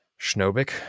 Schnobik